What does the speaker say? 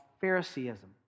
Phariseeism